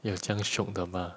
你有这样 shiok 的 mah